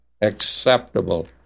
acceptable